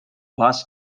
bus